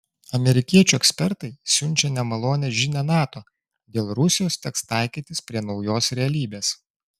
amerikiečių ekspertai siunčia nemalonią žinią nato dėl rusijos teks taikytis prie naujos realybės